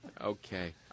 Okay